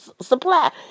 supply